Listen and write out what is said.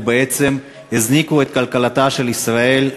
ובעצם הזניקו את כלכלתה של ישראל קדימה.